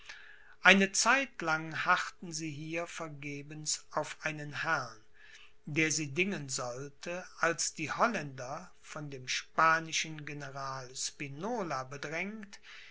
eine zeit lang harrten sie hier vergebens auf einen herrn der sie dingen sollte als die holländer von dem spanischen general spinola bedrängt